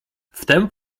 wtem